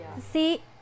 See